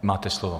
Máte slovo.